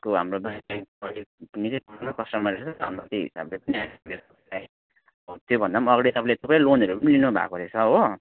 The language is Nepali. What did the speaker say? को हाम्रो त्योभन्दा पनि अगाडि तपाईँले थुप्रै लोनहरू पनि लिनुभएको रहेछ हो